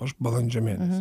aš balandžio mėnesį